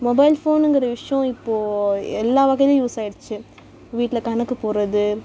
mobile ஃபோனுங்கிற விஷயம் இப்போது எல்லா வகையிலேயும் யூஸ் ஆகிடுச்சி வீட்டில் கணக்கு போடுறது